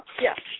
Yes